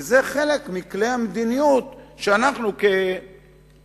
וזה חלק מכלי המדיניות שאנחנו כפוליטיקאים